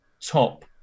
top